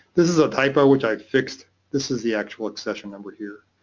this is a typo which i fixed, this is the actual accession number here.